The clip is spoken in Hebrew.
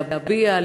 להביע,